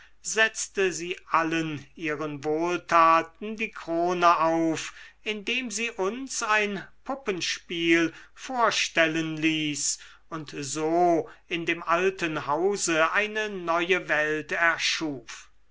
setzte sie allen ihren wohltaten die krone auf indem sie uns ein puppenspiel vorstellen ließ und so in dem alten hause eine neue welt erschuf